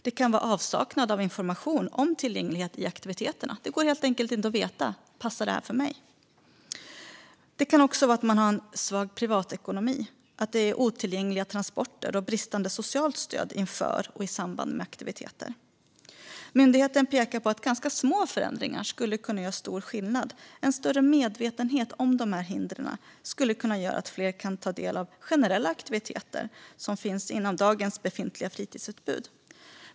Det kan även vara avsaknad av information om tillgänglighet i aktiviteterna - att det helt enkelt inte går att veta om de passar dem. Det kan också handla om svag privatekonomi, otillgängliga transporter och bristande socialt stöd inför och i samband med aktiviteter. Myndigheten pekar på att ganska små förändringar skulle kunna göra stor skillnad. En större medvetenhet om dessa hinder skulle kunna göra att fler kan ta del av generella aktiviteter inom dagens befintliga fritidsutbud.